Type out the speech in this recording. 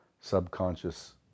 Subconscious